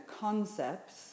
concepts